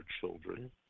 children